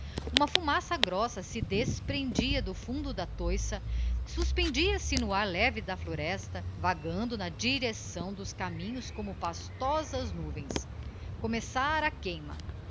uma fumaça grossa se desprendia do fundo da toiça suspendia seno ar leve da floresta vagando na direcção dos caminhos como pastosas nuvens começara a queima